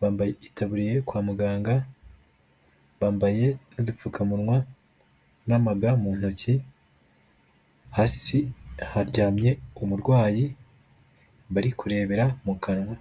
bambaye itaburiya kwa muganga, bambaye n'udupfukamunwa n'amaga mu ntoki, hasi haryamye umurwayi bari kurebera mu kanwa.